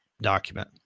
document